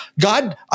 God